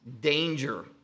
danger